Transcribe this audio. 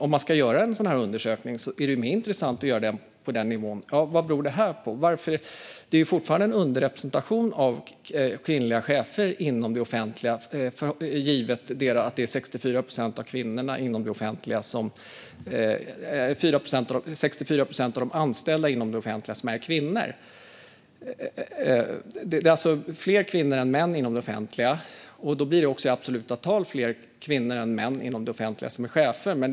Om man ska göra en sådan här undersökning är det mer intressant att göra den på den nivån - vad beror det här på? Det är fortfarande en underrepresentation av kvinnliga chefer inom det offentliga givet att det är 64 procent av de anställda inom det offentliga som är kvinnor. Det är alltså fler kvinnor än män inom det offentliga, och då blir det också i absoluta tal fler kvinnor än män som är chefer inom det offentliga.